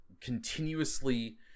continuously